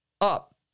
up